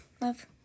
Love